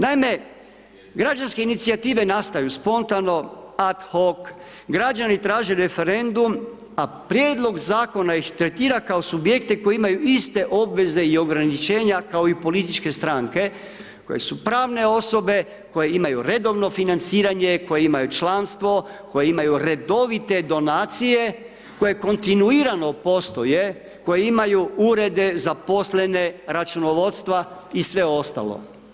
Naime, građanske inicijative nastaju spontano, ad hoc, građani traže referendum, a prijedlog Zakona ih tretira kao subjekte koji imaju iste obveze i ograničenja, kao i političke stranke koje su pravne osobe, koje imaju redovno financiranje, koje imaju članstvo, koje imaju redovite donacije, koje kontinuirano postoje, koje imaju urede, zaposlene, računovodstva i sve ostalo.